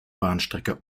bahnstrecke